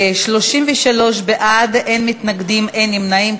להצביע, 33 בעד, אין מתנגדים, אין נמנעים.